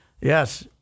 Yes